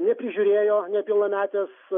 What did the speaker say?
neprižiūrėjo nepilnametės